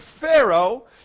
Pharaoh